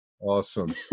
Awesome